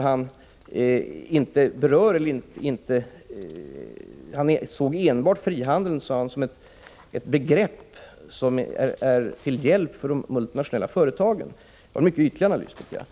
Han såg frihandeln enbart som något som är till hjälp för de multinationella företagen. Det är en mycket ytlig analys, tycker jag.